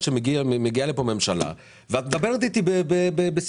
שמגיעה לכאן הממשלה ואת מדברת אתי בסיסמאות.